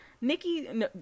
Nikki